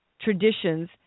traditions